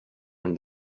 and